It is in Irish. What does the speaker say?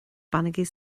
bainigí